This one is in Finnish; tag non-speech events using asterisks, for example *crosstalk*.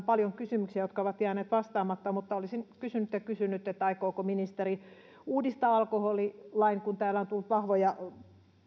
*unintelligible* paljon kysymyksiä jotka ovat jääneet vastaamatta olisin kysynyt ja kysyn nyt aikooko ministeri uudistaa alkoholilain kun täällä on tullut vahvoja